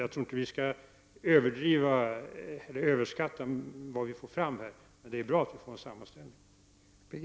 Jag tror därför inte att vi skall överskatta vad vi får fram i detta sammanhang, men det är bra att vi får en sammanställning.